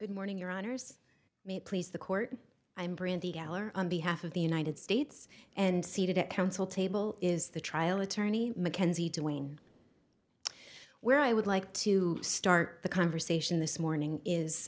good morning your honour's may please the court i am brandy on behalf of the united states and seated at counsel table is the trial attorney mackenzie doing where i would like to start the conversation this morning is